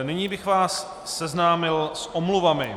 Nyní bych vás seznámil s omluvami.